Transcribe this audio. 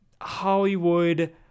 Hollywood